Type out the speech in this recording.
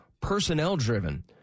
personnel-driven